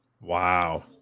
Wow